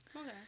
Okay